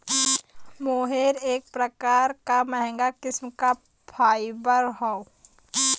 मोहेर एक प्रकार क महंगा किस्म क फाइबर हौ